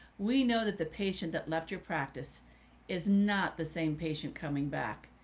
we know that the patient that left your practice is not the same patient coming back.